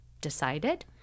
decided